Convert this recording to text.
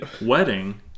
wedding